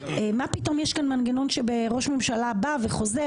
מה פתאום יש כאן מנגנון שראש ממשלה בא וחוזר